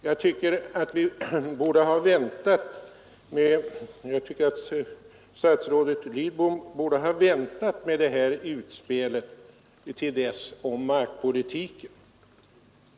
Jag tycker att statsrådet Lidbom borde ha givit sig till tåls till dess med sitt utspel om markpolitiken.